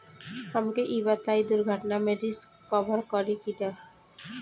हमके ई बताईं दुर्घटना में रिस्क कभर करी कि ना?